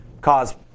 cause